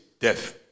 death